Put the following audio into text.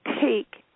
take